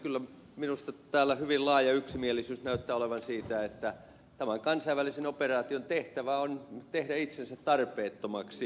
kyllä minusta täällä hyvin laaja yksimielisyys näyttää olevan siitä että tämän kansainvälisen operaation tehtävä on tehdä itsensä tarpeettomaksi